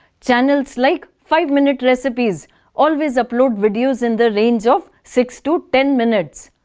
channels like five minute recipes always upload videos in the range of six to ten minutes.